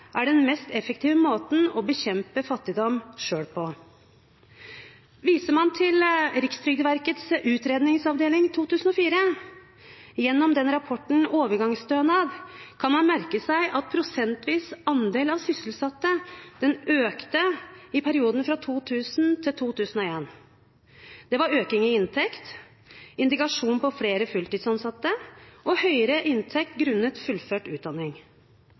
er den mest effektive måten å bekjempe fattigdom på selv. Hvis man ser på Rikstrygdeverkets utredningsavdelings rapport fra 2004 om overgangsstønad, kan man merke seg at den prosentvise andelen av de sysselsatte økte i perioden fra 2000 til 2001. Det var økning i inntekt, indikasjon på flere fulltidsansatte og høyere inntekt grunnet fullført utdanning.